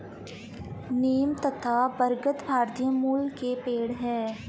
नीम तथा बरगद भारतीय मूल के पेड है